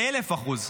באלף אחוז,